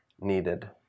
needed